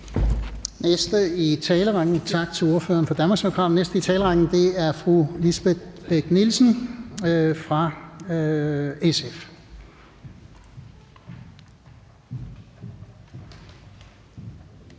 næste i talerrækken er fru Lisbeth Bech-Nielsen fra SF.